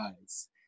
eyes